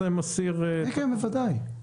כן, בוודאי.